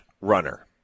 runner